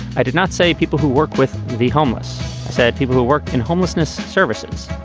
i did not say people who work with the homeless said people who work in homelessness services.